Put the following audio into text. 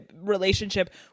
relationship